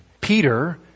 Peter